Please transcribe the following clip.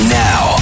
now